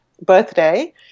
birthday